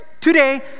today